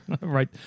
Right